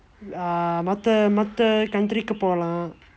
மற்ற மற்ற:matra matra country க்கு போகலாம்:kku pokalaam